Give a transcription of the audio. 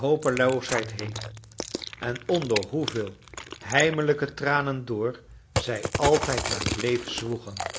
dorkit heid heen en onder hoeveel heimelijke tranen door zrj altijd maar bleef zwoegen